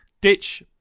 ditch